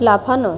লাফানো